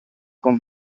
con